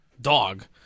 dog